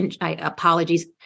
apologies